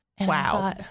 Wow